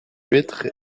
huîtres